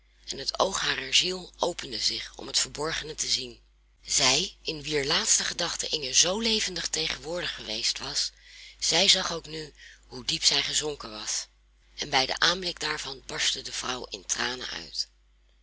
en het oog harer ziel opende zich om het verborgene te zien zij in wier laatste gedachten inge zoo levendig tegenwoordig geweest was zij zag ook nu hoe diep zij gezonken was en bij den aanblik daarvan barstte de vrouw in tranen uit